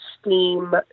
steam